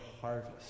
harvest